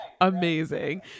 amazing